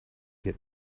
get